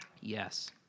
Yes